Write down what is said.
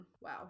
wow